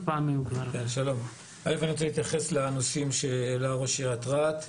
קודם כל אני רוצה להתייחס לנושאים שהעלה ראש עיריית רהט.